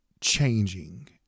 changing